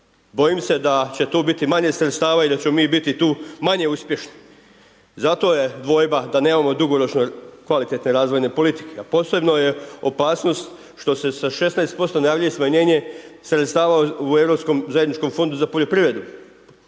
Bojim se da će tu biti manje sredstava i ćemo mi biti tu manje uspješni zato je dvojba da nemamo dugoročno kvalitetne razvoje politike a posebno je opasnost što se sa 16% najavljuje i smanjenje sredstava u europskom zajedničkom fondu za poljoprivredu